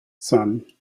son